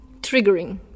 triggering